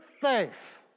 faith